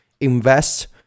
invest